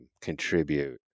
contribute